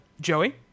Joey